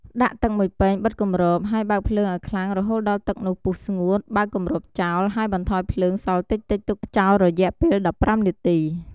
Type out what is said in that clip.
ដាក់ទឹក១ពែងបិទគម្រប ហើយបើកភ្លើងឱ្យខ្លាំងរហូតដល់ទឹកនោះពុះស្ងួត បើកគម្របចោល ហើយបន្ថយភ្លើងសល់តិចៗ ទុកចោលរយៈពេល១៥នាទី។